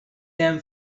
them